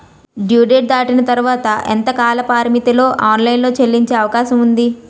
Due date దాటిన తర్వాత ఎంత కాలపరిమితిలో ఆన్ లైన్ లో చెల్లించే అవకాశం వుంది?